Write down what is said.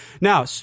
Now